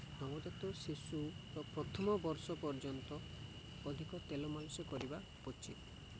ନବଜାତ ଶିଶୁର ପ୍ରଥମ ବର୍ଷ ପର୍ଯ୍ୟନ୍ତ ଅଧିକ ତେଲ ମାଲିସ୍ କରିବା ଉଚିତ